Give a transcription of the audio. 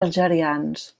algerians